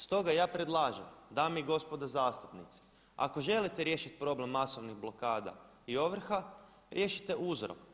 Stoga ja predlažem, dame i gospodo zastupnici, ako želite riješiti problem masovnih blokada i ovrha, riješite uzrok.